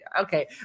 okay